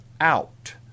out